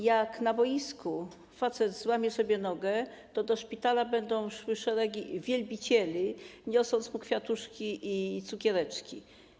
Jak na boisku facet złamie sobie nogę, to do szpitala będą szły szeregi wielbicieli, niosąc mu kwiatuszki i cukiereczki.